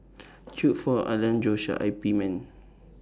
Choe Fook Alan Joshua I P men